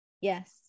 Yes